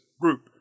group